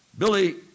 Billy